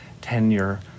tenure